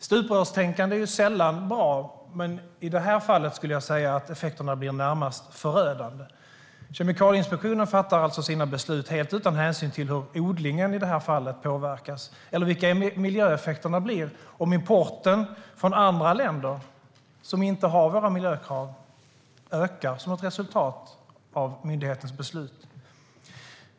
Stuprörstänkande är sällan bra, men i det här fallet skulle jag säga att effekterna blir närmast förödande. Kemikalieinspektionen fattar alltså sina beslut helt utan hänsyn till hur i det här fallet odlingen påverkas eller vilka miljöeffekter det blir om importen från andra länder - som inte har våra miljökrav - ökar som ett resultat av myndighetens beslut.